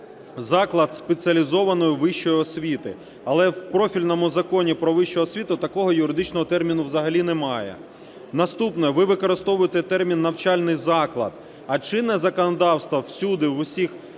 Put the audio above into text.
"заклад спеціалізованої вищої освіти", але в профільному Законі "Про вищу освіту" такого юридичного терміну взагалі немає. Наступне. Ви використовуєте термін "навчальний заклад", а в чинному законодавстві всюди, в усіх